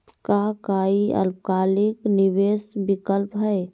का काई अल्पकालिक निवेस विकल्प हई?